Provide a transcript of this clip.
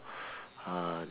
uh